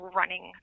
running